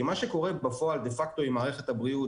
כי מה שקורה בפועל דה פקטו עם מערכת הבריאות,